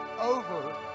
over